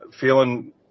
feeling